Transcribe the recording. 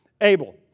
Abel